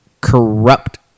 corrupt